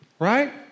Right